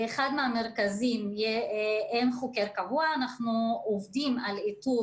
באחד מהמרכזים אין חוקר קבוע ואנחנו עובדים על איתור